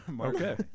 Okay